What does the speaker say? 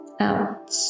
out